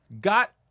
got